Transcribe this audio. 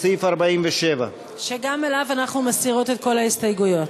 לסעיף 47. גם ממנו אנחנו מסירים את כל ההסתייגויות.